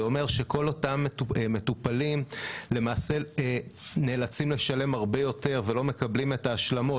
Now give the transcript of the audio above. זה אומר שכל אותם מטופלים נאלצים לשלם הרבה יותר ולא מקבלים את ההשלמות,